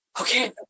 okay